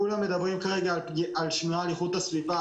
כולם מדברים כרגע על שמירה על איכות הסביבה,